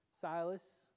Silas